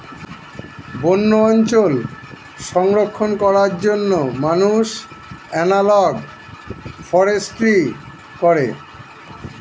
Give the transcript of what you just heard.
বন্য অঞ্চল সংরক্ষণ করার জন্য মানুষ এনালগ ফরেস্ট্রি করে